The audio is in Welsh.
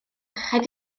rhaid